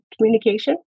communication